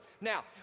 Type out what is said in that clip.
Now